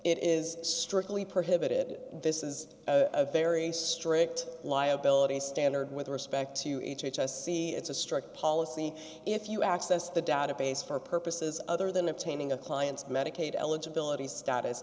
is strictly prohibited this is a very strict liability standard with respect to each h s c it's a strict policy if you access the database for purposes other than obtaining a client's medicaid eligibility status